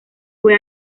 fue